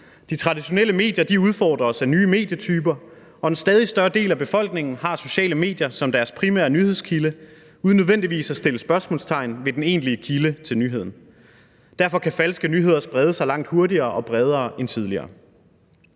De traditionelle medier udfordres af nye medietyper, og en stadig større del af befolkningen har sociale medier som deres primære nyhedskilde uden nødvendigvis at sætte spørgsmålstegn ved den egentlige kilde til nyheden. Derfor kan falske nyheder sprede sig langt hurtigere og bredere end tidligere.